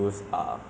it's better